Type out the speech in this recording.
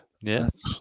Yes